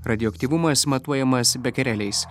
radioaktyvumas matuojamas bekereliais